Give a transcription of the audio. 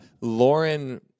Lauren